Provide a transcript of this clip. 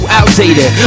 outdated